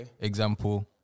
example